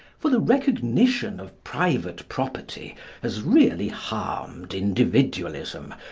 for the recognition of private property has really harmed individualism,